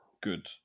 good